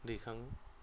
दैखाङो